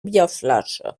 bierflasche